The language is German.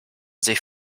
sich